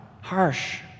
harsh